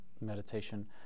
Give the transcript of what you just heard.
meditation